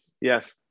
yes